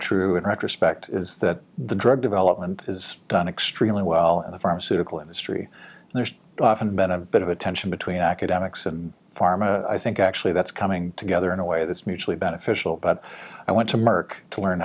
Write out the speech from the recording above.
true in retrospect is that the drug development is done extremely well in the pharmaceutical industry and there's often been a bit of a tension between academics and pharma i think actually that's coming together in a way that's mutually beneficial but i want to merck to learn